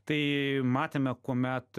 tai matėme kuomet